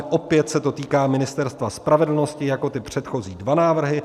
Opět se to týká Ministerstva spravedlnosti jako ty předchozí dva návrhy.